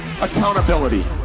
accountability